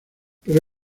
pero